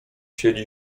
siedzi